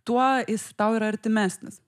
tuo jis tau yra artimesnis